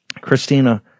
Christina